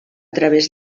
través